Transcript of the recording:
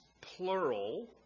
plural